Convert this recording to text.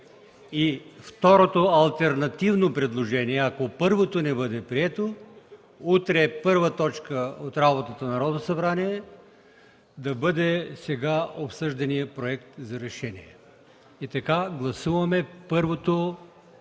И второто алтернативно предложение, ако първото не бъде прието: утре първа точка от работата на Народното събрание да бъде сега обсъжданият проект за решение. Гласуваме първото процедурно